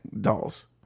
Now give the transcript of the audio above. dolls